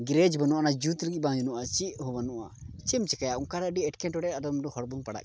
ᱜᱮᱨᱮᱡᱽ ᱵᱟᱹᱱᱩᱜᱼᱟ ᱚᱱᱟ ᱡᱩᱛ ᱞᱟᱹᱜᱤᱫ ᱵᱟᱹᱱᱩᱜᱼᱟ ᱪᱮᱫ ᱦᱚᱸ ᱵᱟᱹᱱᱩᱜᱼᱟ ᱪᱮᱫ ᱮᱢ ᱪᱤᱠᱟᱹᱭᱟ ᱚᱱᱠᱟ ᱨᱮ ᱟᱹᱰᱤ ᱮᱴᱠᱮᱴᱚᱬᱮ ᱟᱫᱚᱢ ᱟᱫᱚᱢ ᱦᱚᱲ ᱵᱚᱱ ᱯᱟᱲᱟᱜ ᱠᱟᱱᱟ